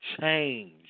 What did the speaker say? Change